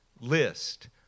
list